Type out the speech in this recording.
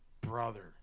Brother